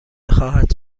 خواهد